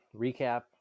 recap